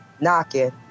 knocking